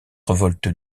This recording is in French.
révolte